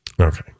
Okay